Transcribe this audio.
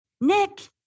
Nick